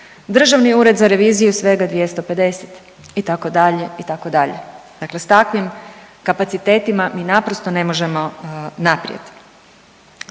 Državni ured za reviziju svega 250 itd., itd. Dakle sa takvim kapacitetima mi naprosto ne možemo naprijed.